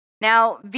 Now